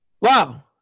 Wow